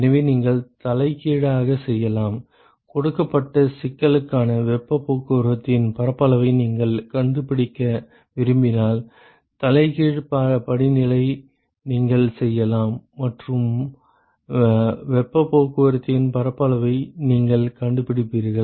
எனவே நீங்கள் தலைகீழாக செய்யலாம் கொடுக்கப்பட்ட சிக்கலுக்கான வெப்பப் போக்குவரத்தின் பரப்பளவை நீங்கள் கண்டுபிடிக்க விரும்பினால் தலைகீழ் படிநிலையை நீங்கள் செய்யலாம் மற்றும் வெப்பப் போக்குவரத்தின் பரப்பளவை நீங்கள் கண்டுபிடிப்பீர்கள்